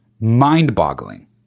mind-boggling